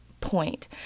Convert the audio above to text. point